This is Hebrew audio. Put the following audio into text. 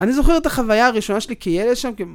אני זוכר את החוויה הראשונה שלי כילד שם כ...